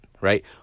right